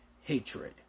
hatred